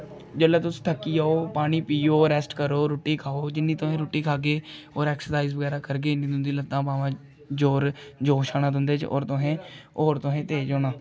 जेल्लै तुस थक्की जाओ पानी पियो रेस्ट करो रुट्टी खाओ जि'न्नी तुसें रुट्टी खाह्गे होर एक्सरसाइज़ बगैरा करगे इ'न्नी तुं'दी लत्तां बाह्मां जोर जोश आना तुं'दे च होर तुसें होर तुसें तेज़ होना